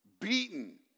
beaten